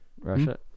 russia